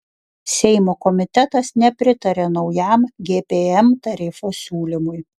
seimo komitetas nepritarė naujam gpm tarifo siūlymui